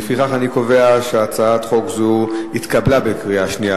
לפיכך אני קובע שהצעת חוק זו התקבלה בקריאה שנייה.